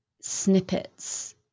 snippets